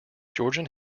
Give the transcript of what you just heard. georgian